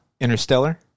Interstellar